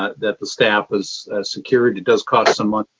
that the staff was secured. it does cost some money,